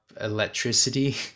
electricity